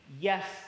yes